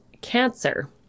cancer